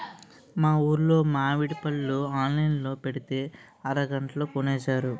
మా ఊరులో మావిడి పళ్ళు ఆన్లైన్ లో పెట్టితే అరగంటలో కొనేశారు